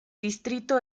distrito